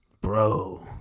Bro